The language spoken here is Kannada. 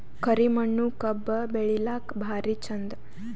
ಕರಿ ಮಣ್ಣು ಕಬ್ಬು ಬೆಳಿಲ್ಲಾಕ ಭಾರಿ ಚಂದ?